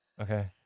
Okay